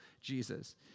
Jesus